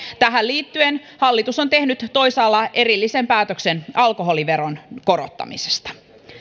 tähän liittyen hallitus on tehnyt toisaalla erillisen päätöksen alkoholiveron korottamisesta